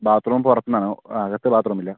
bathroom പുറത്ത് നിന്നാണ് അകത്തു ബാത്റൂമില്ല